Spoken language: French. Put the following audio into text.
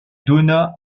donna